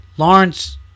Lawrence